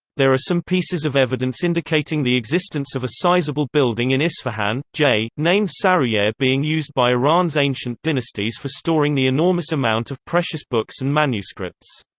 there are some pieces of evidence indicating the existence of a sizeable building in isfahan, jey, named sarouyeh being used by iran's ancient dynasties for storing the enormous amount of precious books and manuscripts.